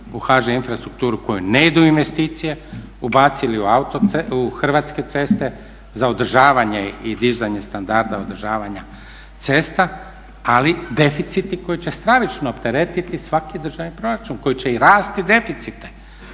u HŽ Infrastrukturu kojoj ne idu investicije, ubacili u Hrvatske ceste za održavanje i dizanje standarda održavanja cesta ali deficiti koji će stravično opteretiti svaki državni proračun koji će i rasti deficite,